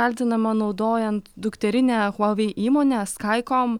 kaltinama naudojant dukterinę huawei įmonę skycom